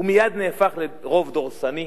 הוא מייד נהפך לרוב דורסני,